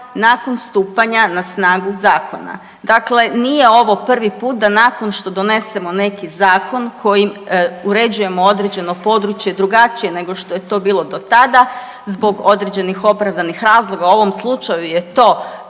nakon stupanja na snagu zakona. Dakle, nije ovo prvi put da nakon što donesemo neki zakon kojim uređujemo određeno područje drugačije nego što je to bilo do tada zbog određenih opravdanih razloga. U ovom slučaju je to